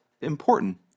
important